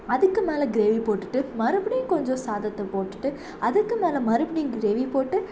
அதுக்கு மேல கிரேவி போட்டுட்டு மறுபடியும் கொஞ்சம் சாதத்தை போட்டுட்டு அதுக்கு மேல் மறுபடியும் கிரேவி போட்டு